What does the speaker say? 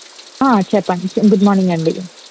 చెప్పండి good morning అండి